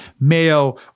Mayo